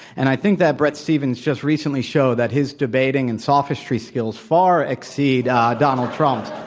and i think that bret stephens just recently showed that his debating and sophistry skills far exceed donald trump.